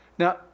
Now